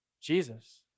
Jesus